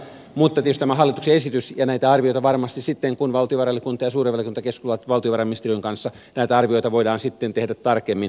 mutta tietysti tämä on hallituksen esitys ja näitä arvioita varmasti sitten kun valtiovarainvaliokunta ja suuri valiokunta keskustelevat valtiovarainministeriön kanssa voidaan tehdä tarkemmin